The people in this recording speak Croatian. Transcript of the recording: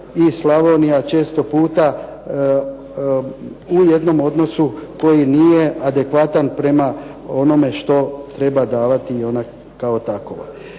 i Slavonija, često puta u jednom odnosu koji nije adekvatan prema onome što treba davati i ona